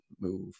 move